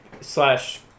slash